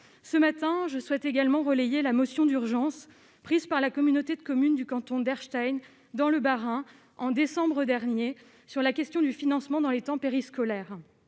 ce matin, je souhaite également relayé la motion d'urgence prises par la communauté de communes du canton d'Erstein dans le Bas-Rhin, en décembre dernier sur la question du financement dans les temps périscolaires,